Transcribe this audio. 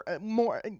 more